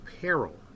peril